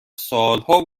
سالها